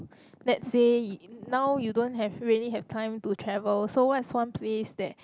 let's say now you don't have really have time to travel so what's one place that